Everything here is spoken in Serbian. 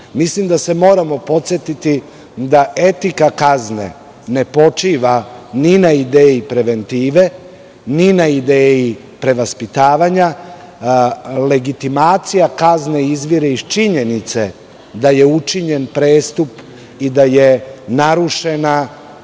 da se moramo podsetiti da etika kazne ne počiva ni na ideji preventive, ni na ideji prevaspitavanja. Legitimacija kazne izvire iz činjenice da je učinjen prestup i da je narušena